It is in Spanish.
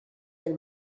del